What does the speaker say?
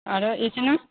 आरो इचना